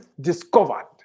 discovered